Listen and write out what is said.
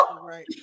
Right